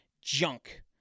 Junk